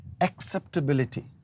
Acceptability